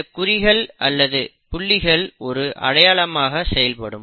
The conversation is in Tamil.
இந்தக் குறிகள் அல்லது புள்ளிகள் ஒரு அடையாளமாக செயல்படும்